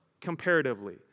comparatively